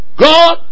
God